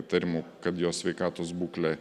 įtarimų kad jo sveikatos būklė